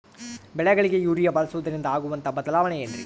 ಬೆಳೆಗಳಿಗೆ ಯೂರಿಯಾ ಬಳಸುವುದರಿಂದ ಆಗುವಂತಹ ಬದಲಾವಣೆ ಏನ್ರಿ?